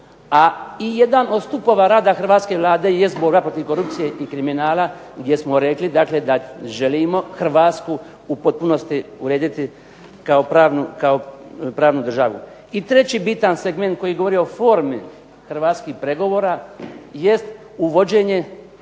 I jedan od stupova rada hrvatske Vlade jest borba protiv korupcije i kriminala gdje smo rekli dakle da želimo Hrvatsku u potpunosti urediti kao pravnu državu. I treći bitan segment koji govori o formi hrvatskih pregovora jest uvođenje